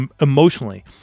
emotionally